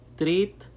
treat